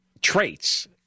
traits